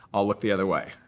i'll look the other way.